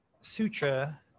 sutra